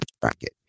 bracket